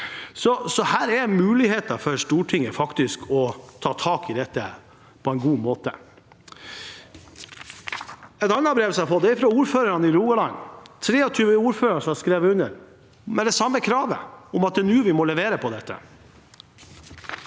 Så her er det muligheter for Stortinget til å ta tak i dette på en god måte. Et annet brev som jeg har fått, er fra ordførerne i Rogaland. Det er 23 ordførere som har skrevet under, med det samme kravet: at det er nå vi må levere på dette.